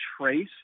trace